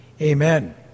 amen